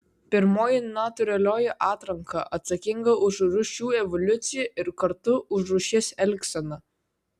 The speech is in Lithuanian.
pirmoji natūralioji atranka atsakinga už rūšių evoliuciją ir kartu už rūšies elgseną